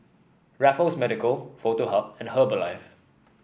Raffles Medical Foto Hub and Herbalife